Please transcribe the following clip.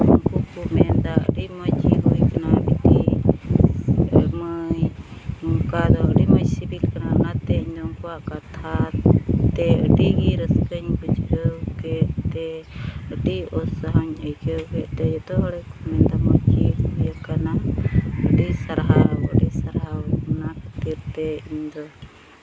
ᱩᱱᱠᱩ ᱠᱚ ᱢᱮᱱᱫᱟ ᱟᱹᱰᱤ ᱦᱩᱭ ᱠᱟᱱᱟ ᱢᱟᱹᱭ ᱱᱚᱝᱠᱟ ᱫᱚ ᱟᱹᱰᱤ ᱢᱚᱡᱽ ᱥᱤᱵᱤᱞ ᱠᱟᱱᱟ ᱚᱱᱟᱛᱮ ᱤᱧᱫᱚ ᱩᱱᱠᱩᱣᱟᱜ ᱠᱟᱛᱷᱟ ᱟᱡᱚᱢ ᱛᱮ ᱟᱹᱰᱤ ᱜᱮ ᱨᱟᱹᱥᱠᱟᱹᱧ ᱵᱩᱡᱷᱟᱹᱣ ᱠᱮᱫ ᱛᱮ ᱟᱹᱰᱤ ᱩᱛ ᱥᱟᱦᱚᱧ ᱟᱹᱭᱠᱟᱹᱣ ᱠᱮᱜ ᱛᱮ ᱡᱚᱛᱚ ᱦᱚᱲ ᱜᱮᱠᱚ ᱢᱮᱱᱫᱟ ᱤᱭᱟᱹ ᱟᱹᱰᱤ ᱥᱟᱨᱦᱟᱣ ᱚᱱᱟ ᱠᱷᱟᱹᱛᱤᱨ ᱛᱮ ᱤᱧᱫᱚ